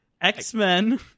X-Men